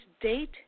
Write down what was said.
date